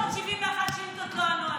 371 שאילתות, לא ענו עליהן.